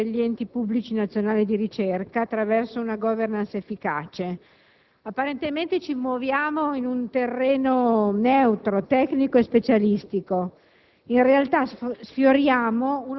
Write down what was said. alla questione degli organi di governo degli enti pubblici nazionali di ricerca attraverso una *governance* efficace. Apparentemente ci muoviamo in un terreno neutro, tecnico e specialistico.